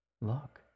Look